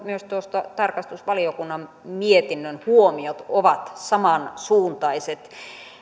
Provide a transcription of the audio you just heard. myös tarkastusvaliokunnan mietinnön huomiot todellakin ovat samansuuntaiset